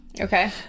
okay